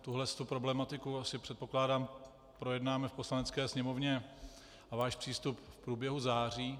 Tuhle problematiku asi, předpokládám, projednáme v Poslanecké sněmovně, a váš přístup, v průběhu září.